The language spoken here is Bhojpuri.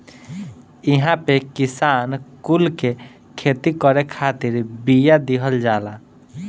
इहां पे किसान कुल के खेती करे खातिर बिया दिहल जाला